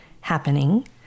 happening